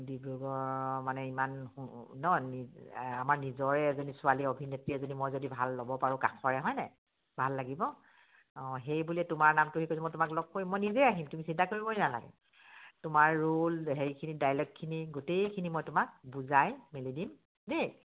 ডিব্ৰুগড় মানে ইমান নহ্ আমাৰ নিজৰে এজনী ছোৱালী অভিনেত্ৰী এজনী মই যদি ভাল ল'ব পাৰোঁ কাষৰে হয়নে ভাল লাগিব অঁ সেইবুলিয়ে তোমাৰ নামটো হেৰি কৰিছোঁ মই তোমাক লগ কৰিম মই নিজে আহিম তুমি চিন্তা কৰিবই নালাগে তোমাৰ ৰোল হেৰিখিনি ডাইলগখিনি গোটেইখিনি মই তোমাক বুজাই মেলি দিম দেই